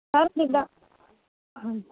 sir ਜਿੱਦਾਂ ਹਾਂਜੀ